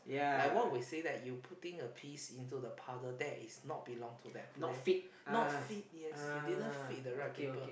like what we say that you putting a piece into the puzzle that is not belong to them play not fit yes you didn't fit the right people